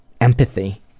empathy